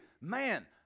man